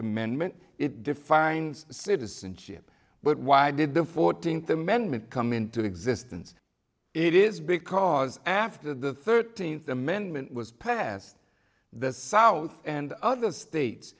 amendment it defines citizenship but why did the fourteenth amendment come into existence it is because after the thirteenth amendment was passed the south and other states